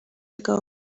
ago